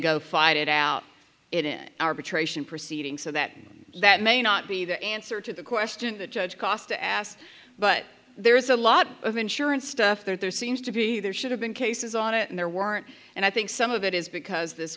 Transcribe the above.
go fight it out in arbitration proceedings so that that may not be the answer to the question the judge cost to ask but there is a lot of insurance stuff there seems to be there should have been cases on it and there weren't and i think some of it is because this